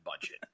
budget